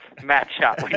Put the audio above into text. match-up